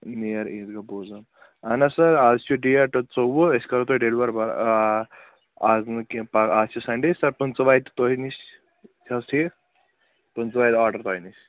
نیر عیٖدگاہ بوٗزَن اہَن حظ سَر اَز چھُ ڈیٹ ژوٚوُہ أسۍ کَرو تۄہہِ ڈیٚلوَر اَز نہٕ کیٚنٛہہ پگاہ اَز چھِ سَنڈے سَر پٕنٛژٕ واتہِ تۄہہِ نِش حظ ٹھیٖک پٕنٛژٕ واتہِ آرڈَر تۄہہِ نِش